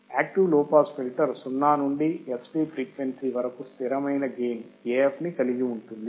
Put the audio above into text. active low pass filter 0 నుండి fc frequency వరకు స్థిరమైన గెయిన్ AF ని కలిగి ఉంటుంది